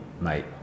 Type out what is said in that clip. mate